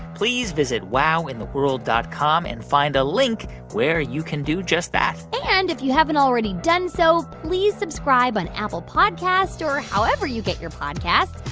please visit wowintheworld dot com and find a link where you can do just that and if you haven't already done so, please subscribe on apple podcasts or however you get your podcasts.